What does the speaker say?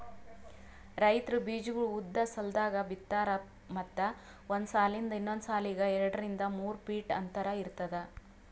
ರೈತ್ರು ಬೀಜಾಗೋಳ್ ಉದ್ದ್ ಸಾಲ್ದಾಗ್ ಬಿತ್ತಾರ್ ಮತ್ತ್ ಒಂದ್ ಸಾಲಿಂದ್ ಇನ್ನೊಂದ್ ಸಾಲಿಗ್ ಎರಡರಿಂದ್ ಮೂರ್ ಫೀಟ್ ಅಂತರ್ ಇರ್ತದ